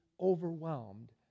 overwhelmed